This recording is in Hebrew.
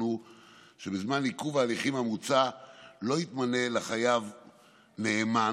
הוא שבזמן עיכוב ההליכים המוצע לא יתמנה לחייב נאמן,